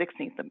16th